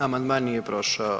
Amandman nije prošao.